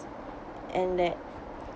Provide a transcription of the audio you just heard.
and that